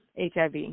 HIV